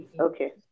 Okay